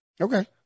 Okay